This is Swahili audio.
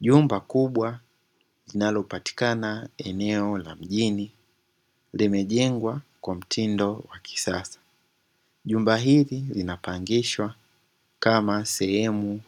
Jumba kubwa linalopatikana eneo la mjini limejengwa kwa mtindo wa kisasa. Jumba hili linapangishwa katika sehemu